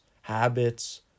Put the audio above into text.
habits